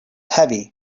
heavy